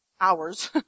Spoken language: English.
hours